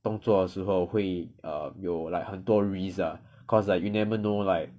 动作的时候会 err 有 like 很多 risk ah cause like you never know like